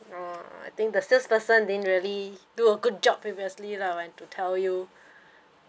mm I think the salesperson didn't really do a good job previously lah when to tell you